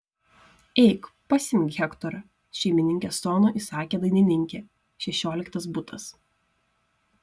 eik pasiimk hektorą šeimininkės tonu įsakė dainininkė šešioliktas butas